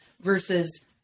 versus